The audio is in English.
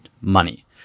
money